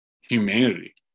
humanity